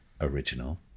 original